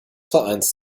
vereins